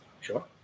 Sure